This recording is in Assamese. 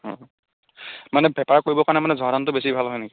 মানে বেপাৰ কৰিব কাৰণে মানে জহা ধানটো বেছি ভাল হয়নি